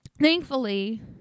thankfully